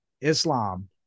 Islam